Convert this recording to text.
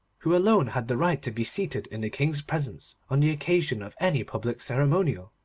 who alone had the right to be seated in the king's presence on the occasion of any public ceremonial,